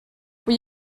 will